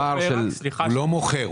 הוא לא מוכר.